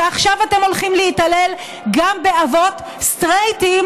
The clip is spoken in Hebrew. שעכשיו אתם הולכים להתעלל גם באבות סטרייטים